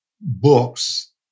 books